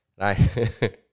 Right